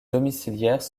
domiciliaires